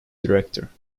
director